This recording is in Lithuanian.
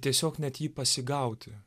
tiesiog net jį pasigauti